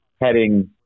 heading